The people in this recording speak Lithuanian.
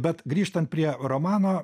bet grįžtant prie romano